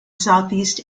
southeast